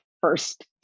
first